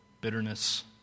bitterness